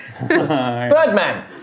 Birdman